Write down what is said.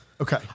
Okay